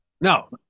No